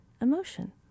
emotion